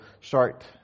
start